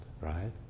right